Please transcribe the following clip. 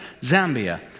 Zambia